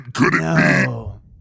No